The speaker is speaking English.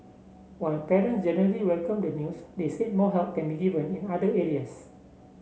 while parents generally welcomed the news they said more help can be given in other areas